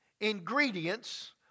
Ingredients